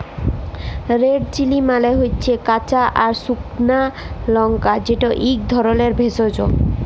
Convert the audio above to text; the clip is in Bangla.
রেড চিলি মালে হচ্যে কাঁচা বা সুকনা লংকা যেট ইক ধরলের ভেষজ